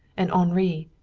and henri,